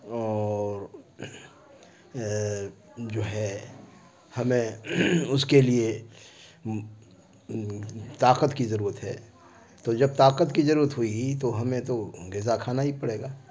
اور جو ہے ہمیں اس کے لیے طاقت کی ضرورت ہے تو جب طاقت کی ضرورت ہوئی گی تو ہمیں تو غذا کھانا ہی پڑے گا